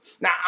Now